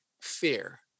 fear